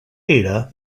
ada